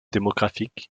démographique